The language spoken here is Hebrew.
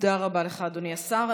רבה לך, אדוני השר.